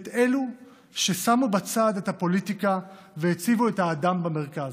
את אלו ששמו בצד את הפוליטיקה והציבו את האדם במרכז.